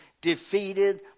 defeated